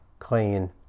clean